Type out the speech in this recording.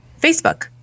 facebook